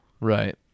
Right